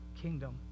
kingdom